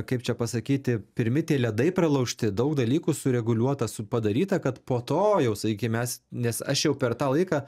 kaip čia pasakyti pirmi tie ledai pralaužti daug dalykų sureguliuota su padaryta kad po to jau sakykim mes nes aš jau per tą laiką